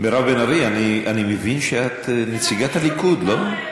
מירב בן ארי, אני מבין שאת נציגת הליכוד, לא?